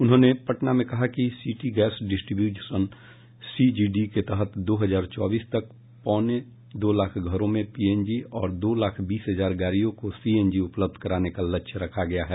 उन्होंने पटना में कहा कि सिटी गैस ड्रिस्ट्रीब्यूसनसीजीडी के तहत दो हजार चौबीस तक पौने दो लाख घरों में पीएनजी और दो लाख बीस हजार गाड़ियों को सीएनजी उपलब्ध कराने का लक्ष्य रखा गया है